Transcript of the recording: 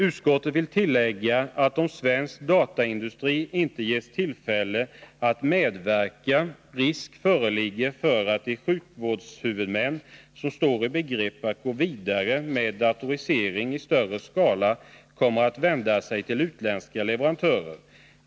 Utskottet vill tillägga att, om svensk dataindustri inte ges tillfälle att medverka, risk föreligger för att de sjukvårdshuvudmän som står i begrepp att gå vidare med datorisering i större skala kommer att vända sig till utländska leverantörer.